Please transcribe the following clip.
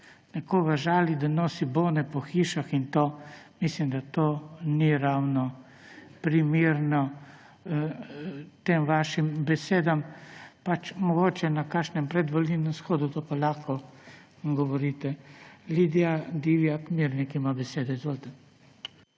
Nekoga žaliti, da nosi bone po hišah in to. Mislim, da to ni ravno primerno, te vaše besede. Pač, mogoče na kakšnem predvolilnem shodu to pa lahko govorite. Lidija Divjak Mirnik ima besedo. Izvolite.